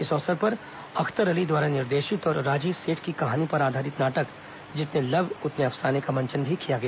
इस अवसर पर अख्तर अली द्वारा निर्देशित और राजीसेठ की कहानी पर आधारित नाटक जितने लब उतने अफसाने का मंचन भी किया गया